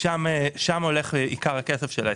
שם הולך עיקר הכסף של ההסכם.